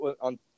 on